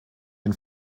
den